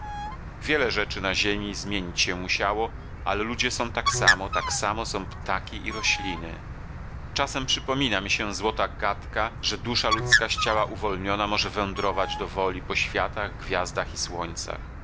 wiele rzeczy na ziemi zmienić się musiało ale ludzie są tak samo tak samo są ptaki i rośliny czasem przypomina mi się złota gadka że dusza ludzka z ciała uwolniona może wędrować do woli po światach gwiazdach i słońcach